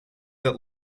that